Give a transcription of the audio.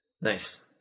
Nice